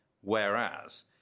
Whereas